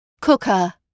cooker